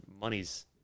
money's